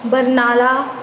Barnala